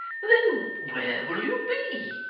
then where will you be